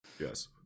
Yes